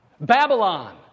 Babylon